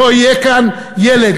שלא יהיה כאן ילד,